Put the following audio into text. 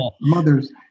mothers